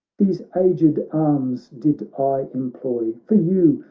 these aged arms did i employ, for you,